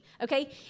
okay